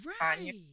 Right